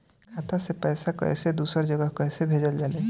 खाता से पैसा कैसे दूसरा जगह कैसे भेजल जा ले?